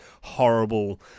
horrible